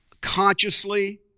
consciously